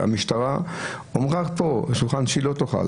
המשטרה אמרה פה בשולחן שהיא לא תוכל,